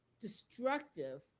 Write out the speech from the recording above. destructive